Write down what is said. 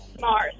Mars